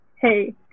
hey